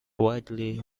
widely